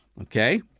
Okay